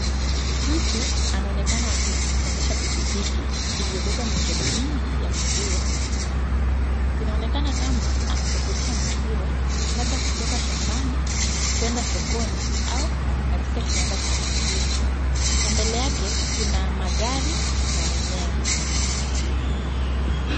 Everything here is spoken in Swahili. Mtu anaonekana akiendesha pikipiki iliyobeba mikebe mingi ya maziwa barabarani. Inaonekana kama anasafirisha maziwa labda kutoka shambani kwenda sokoni au katika kiwanda cha maziwa na mbele yake kuna magari na mimea.